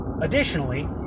Additionally